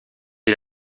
est